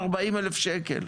40,000 שקל.